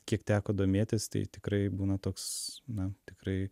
kiek teko domėtis tai tikrai būna toks na tikrai